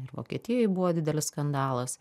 ir vokietijoj buvo didelis skandalas